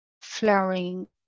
flowering